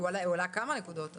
הוא העלה כמה נקודות.